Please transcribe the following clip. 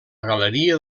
galeria